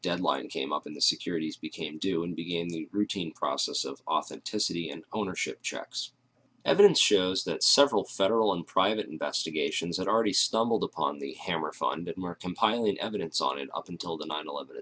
deadline came up in the securities became due and begin the routine process of authenticity and ownership checks evidence shows that several federal and private investigations that already stumbled upon the hammer fun that mark compiling evidence on it up until the nine eleven